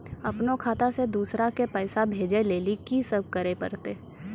अपनो खाता से दूसरा के पैसा भेजै लेली की सब करे परतै?